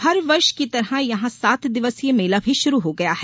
हर वर्ष की तरह यहां सात दिवसीय मेला भी शुरू हो गया है